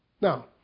Now